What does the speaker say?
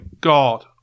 God